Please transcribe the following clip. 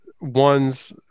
one's